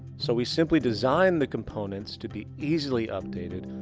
so we simply design the components to be easily updated,